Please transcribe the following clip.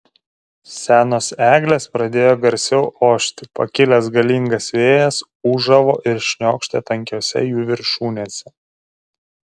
senos eglės pradėjo garsiau ošti pakilęs galingas vėjas ūžavo ir šniokštė tankiose jų viršūnėse